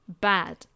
bad